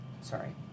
Sorry